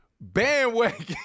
bandwagon